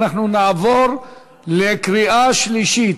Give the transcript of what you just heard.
אנחנו נעבור לקריאה שלישית.